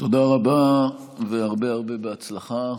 תודה רבה והרבה הרבה הצלחה.